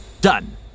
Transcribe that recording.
Done